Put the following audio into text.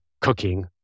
cooking